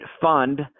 fund